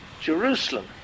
Jerusalem